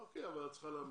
אוקיי, אבל את צריכה להמליץ.